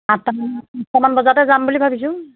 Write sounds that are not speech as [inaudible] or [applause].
আঠটা [unintelligible] মান বজাতে যাম বুলি ভাবিছোঁ